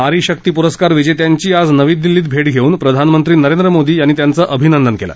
नारी शक्ती पुरस्कार विजेत्यांची आज नवी दिल्लीत भेट घेऊन प्रधानमंत्री नरेंद्र मोदी यांनी त्यांच अभिनंदन केलं